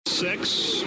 Six